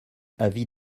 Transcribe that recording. avis